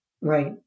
right